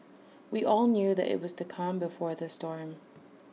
we all knew that IT was the calm before the storm